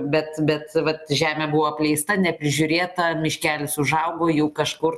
bet bet vat žemė buvo apleista neprižiūrėta miškelis užaugo jau kažkur